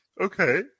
Okay